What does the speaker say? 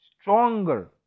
stronger